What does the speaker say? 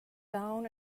down